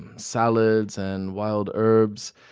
salads, and wild herbs,